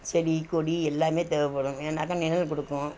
செடி கொடி எல்லாமே தேவைப்படும் ஏனாக்கா நிழல் கொடுக்கும்